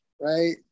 right